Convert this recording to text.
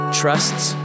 trusts